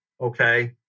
okay